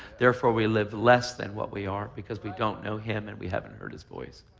therefore, we live less than what we are because we don't know him and we haven't heard his voice.